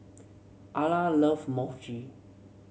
Arla love Mochi